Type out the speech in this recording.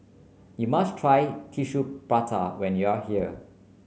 you must try Tissue Prata when you are here